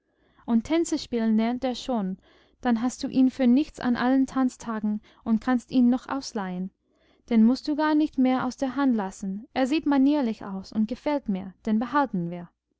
und tänze spielen lernt der schon dann hast du ihn für nichts an allen tanztagen und kannst ihn noch ausleihen den mußt du gar nicht mehr aus der hand lassen er sieht manierlich aus und gefällt mir den behalten wir